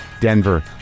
Denver